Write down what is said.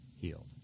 healed